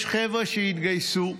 יש חבר'ה שהתגייסו.